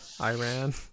Iran